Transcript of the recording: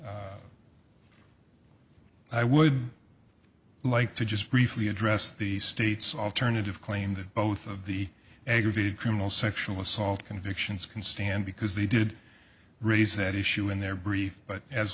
years i would like to just briefly address the state's alternative claim that both of the aggravated criminal sexual assault convictions can stand because they did raise that issue in their brief but as